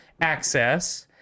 access